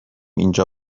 اینجا